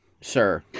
sir